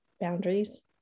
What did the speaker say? boundaries